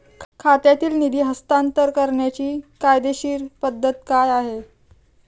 खात्यातील निधी हस्तांतर करण्याची कायदेशीर पद्धत काय आहे?